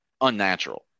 unnatural